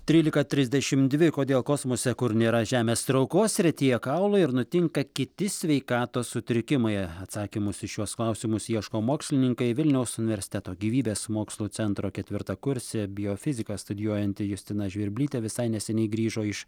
trylika trisdešimt dvi kodėl kosmose kur nėra žemės traukos retėja kaulai ir nutinka kiti sveikatos sutrikimai atsakymus į šiuos klausimus ieško mokslininkai vilniaus universiteto gyvybės mokslų centro ketvirtakursė biofiziką studijuojanti justina žvirblytė visai neseniai grįžo iš